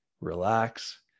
relax